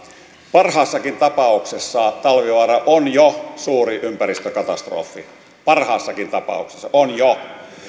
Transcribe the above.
parhaassakin tapauksessa talvivaara on jo suuri ympäristökatastrofi parhaassakin tapauksessa on jo